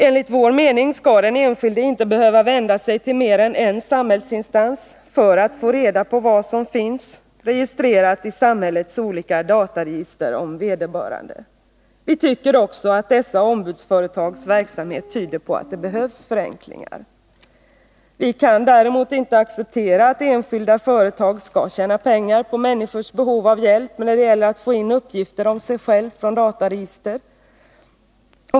Enligt vår mening skall den enskilde inte behöva vända sig till mer än en samhällsinstans för att få reda på vad som finns registrerat i samhällets olika dataregister om vederbörande. Vi tycker också att dessa ombudsföretags verksamhet tyder på att det behövs förenklingar. Vi kan däremot inte acceptera att enskilda företag skall tjäna pengar på människors behov av hjälp när det gäller att få in uppgifter om sig själva från dataregister.